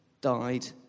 died